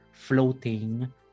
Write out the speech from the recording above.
floating